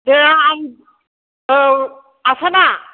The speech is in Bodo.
दे आं औ आसाना